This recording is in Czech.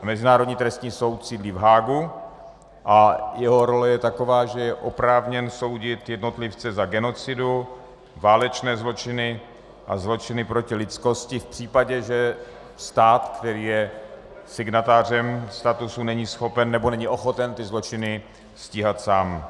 Mezinárodní trestní soud sídlí v Haagu a jeho role je taková, že je oprávněn soudit jednotlivce za genocidu, válečné zločiny a zločiny proti lidskosti v případě, že stát, který je signatářem statusu, není schopen nebo není ochoten ty zločiny stíhat sám.